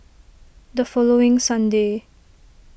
the following sunday